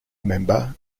member